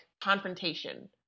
confrontation